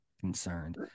concerned